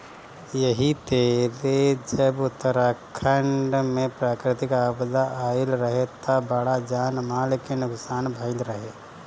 एही तरे जब उत्तराखंड में प्राकृतिक आपदा आईल रहे त बड़ा जान माल के नुकसान भईल रहे